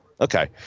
Okay